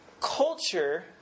culture